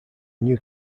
new